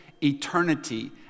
eternity